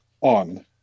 on